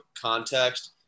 context